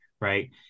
Right